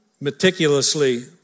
Meticulously